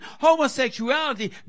homosexuality